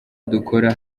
dukora